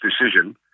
decision